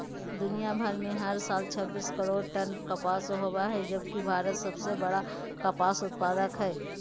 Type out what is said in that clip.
दुनियां भर में हर साल छब्बीस करोड़ टन कपास होव हई जबकि भारत सबसे बड़ कपास उत्पादक हई